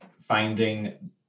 finding